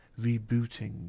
rebooting